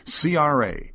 CRA